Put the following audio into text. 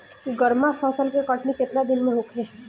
गर्मा फसल के कटनी केतना दिन में होखे?